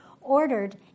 ordered